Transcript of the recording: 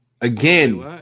Again